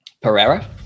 Pereira